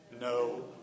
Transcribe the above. no